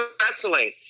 wrestling